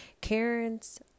Karen's